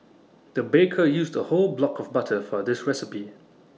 the baker used A whole block of butter for this recipe